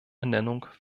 ernennung